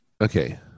okay